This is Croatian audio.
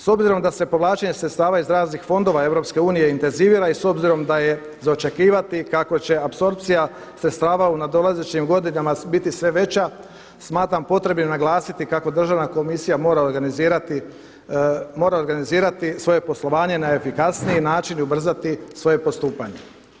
S obzirom da se povlačenje sredstava iz raznih fondova Europske unije intenzivira i s obzirom da je za očekivati kako će apsorpcija sredstava u nadolazećim godinama biti sve veća, smatram potrebnim naglasiti kako Državna komisija mora organizirati svoje poslovanje na efikasniji način i ubrzati svoje postupanje.